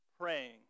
praying